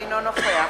אינו נוכח